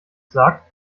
sagt